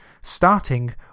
starting